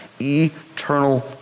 eternal